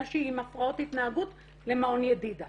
שהיא עם הפרעות התנהגות למעון ידידה